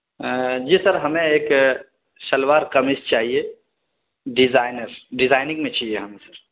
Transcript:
جی sir ہمیں ایک شلوار قمیص چاہیے ڈیزائنر ڈیزائننگ میں چاہیے ہمیں سر